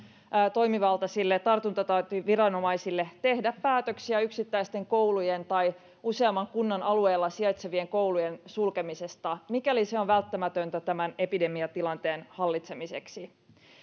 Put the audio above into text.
toimivaltaisille tartuntatautiviranomaisille tehdä päätöksiä yksittäisten koulujen tai useamman kunnan alueella sijaitsevien koulujen sulkemisesta mikäli se on välttämätöntä epidemiatilanteen hallitsemiseksi